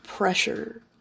pressure